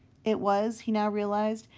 it was, he now realized,